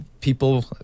people